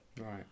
Right